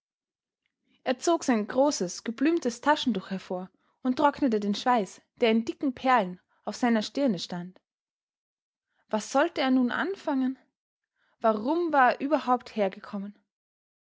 er zog sein großes geblümtes taschentuch hervor und trocknete den schweiß der in dicken perlen auf seiner stirne stand was sollte er nun anfangen warum war er überhaupt hergekommen